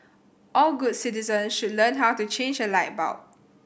all good citizen should learn how to change a light bulb